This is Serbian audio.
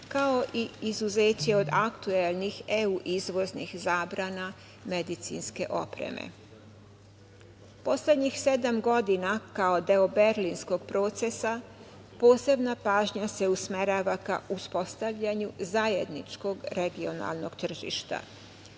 kao i izuzeće od aktuelnih EU izvoznih zabrana medicinske opreme. Poslednjih sedam godina, kao deo Berlinskog procesa posebna pažnja se usmerava ka uspostavljanju zajedničkog regionalnog tržišta.